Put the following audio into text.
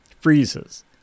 freezes